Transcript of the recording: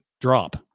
drop